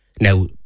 Now